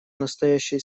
настоящей